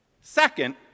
Second